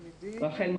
רחל.